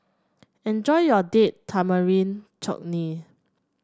enjoy your Date Tamarind Chutney